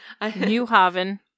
Newhaven